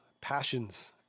passions